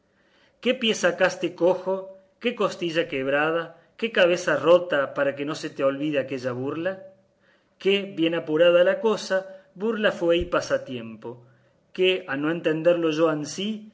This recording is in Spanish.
qué pie sacaste cojo qué costilla quebrada qué cabeza rota para que no se te olvide aquella burla que bien apurada la cosa burla fue y pasatiempo que a no entenderlo yo ansí